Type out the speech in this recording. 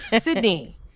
Sydney